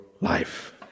life